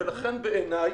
ולכן, בעיניי,